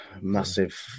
massive